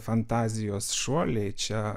fantazijos šuoliai čia